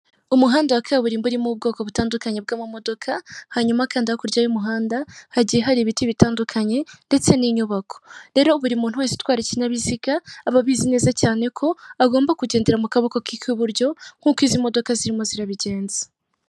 Imuhanda wa kaburimbo urimo ubwoko butandukanye bw'amamodoka hanyuma kandi hakurya y'umuhanda hagiye hari ibiti bitandukanye ndetse n'inyubako. Rero buri muntu wese utwara ikinyabiziga aba abizi neza cyane ko agomba kugendera mu kaboko ke k'iburyo nk'uko izi modoka zirimo zirabigenza.